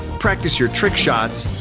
practice your trick shots,